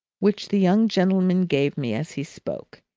which the young gentleman gave me as he spoke.